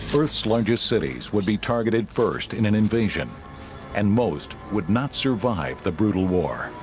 earth's largest cities would be targeted first in an invasion and most would not survive the brutal war